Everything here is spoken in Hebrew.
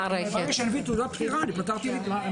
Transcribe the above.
מביא תעודת פטירה ובזה אני פטור.